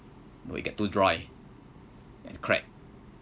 you know it get too dry and cracked